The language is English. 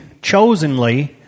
chosenly